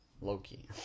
Loki